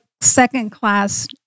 second-class